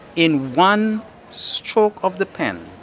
in one stroke of the pen,